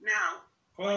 Now